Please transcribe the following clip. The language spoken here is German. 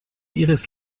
ihres